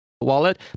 wallet